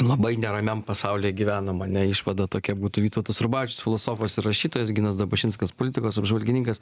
labai neramiam pasaulyje gyvenam ane išvada tokia būtų vytautas rubavičius filosofas ir rašytojas ginas dabašinskas politikos apžvalgininkas